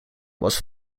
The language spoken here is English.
was